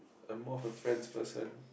a most of friend person